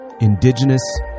indigenous